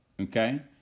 Okay